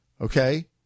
okay